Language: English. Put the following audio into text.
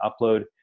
upload